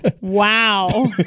Wow